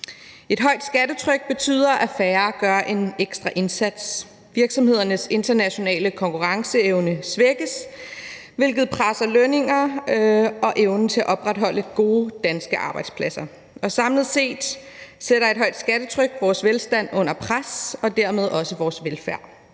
Et højt skattetryk betyder, at færre gør en ekstra indsats, virksomhedernes internationale konkurrenceevne svækkes, hvilket presser lønningerne og evnen til at opretholde gode danske arbejdspladser, og samlet set sætter et højt skattetryk vores velstand under pres og dermed også vores velfærd.